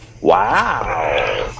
Wow